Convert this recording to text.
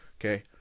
Okay